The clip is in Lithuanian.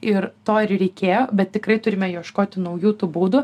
ir to ir reikėjo bet tikrai turime ieškoti naujų tų būdų